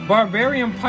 Barbarian